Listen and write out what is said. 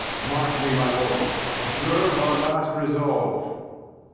mark me, my lords, observe our last resolve,